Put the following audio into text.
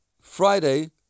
Friday